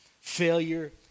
failure